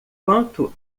quanto